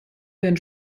werden